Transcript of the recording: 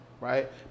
right